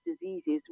diseases